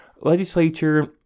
legislature